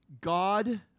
God